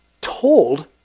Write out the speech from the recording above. told